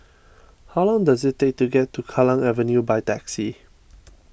how long does it take to get to Kallang Avenue by taxi